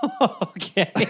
Okay